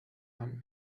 hand